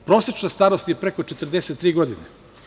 Prosečna starost je preko 43 godine.